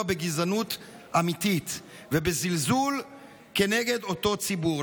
בגזענות אמיתית ובזלזול באותו ציבור.